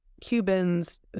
Cubans